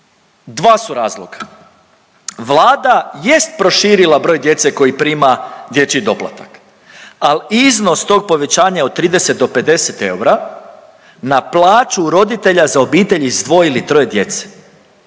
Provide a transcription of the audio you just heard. Dva su razloga. Vlada jest proširila broj djece koji prima dječji doplatak al iznos tog povećanja od 30 do 50 eura na plaću roditelja za obitelji s dvoje ili troje djece.